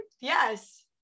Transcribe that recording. yes